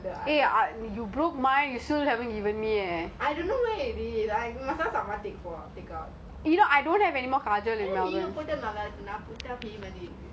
I also want to get the other lah I don't know where it is before it comes